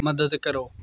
ਮਦਦ ਕਰੋ